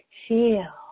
feel